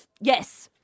Yes